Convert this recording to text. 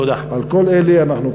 על כל אלה אנחנו קוראים,